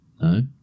No